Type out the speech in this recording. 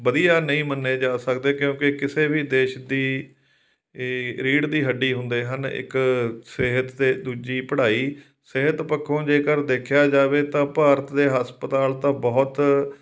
ਵਧੀਆ ਨਹੀਂ ਮੰਨੇ ਜਾ ਸਕਦੇ ਕਿਉਂਕਿ ਕਿਸੇ ਵੀ ਦੇਸ਼ ਦੀ ਇਹ ਰੀੜ ਦੀ ਹੱਡੀ ਹੁੰਦੇ ਹਨ ਇੱਕ ਸਿਹਤ ਅਤੇ ਦੂਜੀ ਪੜ੍ਹਾਈ ਸਿਹਤ ਪੱਖੋਂ ਜੇਕਰ ਦੇਖਿਆ ਜਾਵੇ ਤਾਂ ਭਾਰਤ ਦੇ ਹਸਪਤਾਲ ਤਾਂ ਬਹੁਤ